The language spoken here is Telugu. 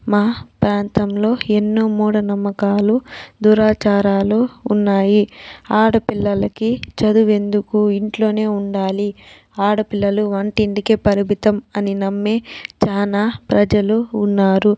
మా ప్రాంతంలో ఎన్నో మూఢనమ్మకాలు దురాచారాలు ఉన్నాయి ఆడపిల్లలకి చదువు ఎందుకు ఇంట్లోనే ఉండాలి ఆడపిల్లలు వంటింటికే పరిమితం అని నమ్మే చాలా ప్రజలు ఉన్నారు